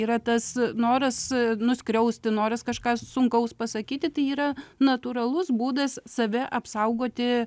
yra tas noras nuskriausti noras kažką sunkaus pasakyti tai yra natūralus būdas save apsaugoti